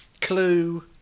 Clue